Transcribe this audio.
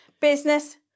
Business